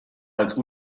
als